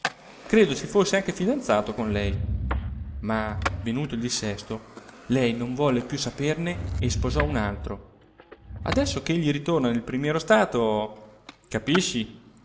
credo si fosse anche fidanzato con lei ma venuto il dissesto lei non volle più saperne e sposò un altro adesso che egli ritorna nel primiero stato capisci